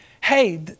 hey